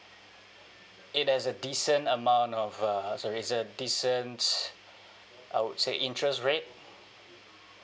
it has a decent amount of uh it's a decent I would say interest rate